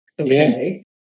Okay